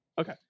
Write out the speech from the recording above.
Okay